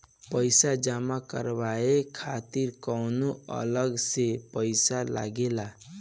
पईसा जमा करवाये खातिर कौनो अलग से पईसा लगेला?